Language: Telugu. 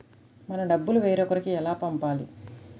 మన డబ్బులు వేరొకరికి ఎలా పంపాలి?